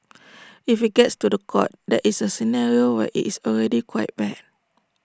if IT gets to The Court that is A scenario where IT is already quite bad